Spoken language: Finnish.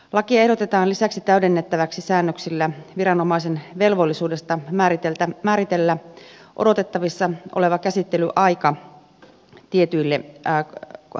lakia ehdotetaan lisäksi täydennettäväksi säännöksillä viranomaisen velvollisuudesta määritellä odotettavissa oleva käsittelyaika tietyille hallintoasioille